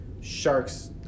sharks